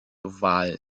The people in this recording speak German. oval